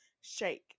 shake